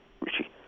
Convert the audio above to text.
Richie